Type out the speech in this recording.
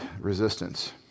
resistance